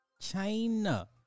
China